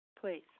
please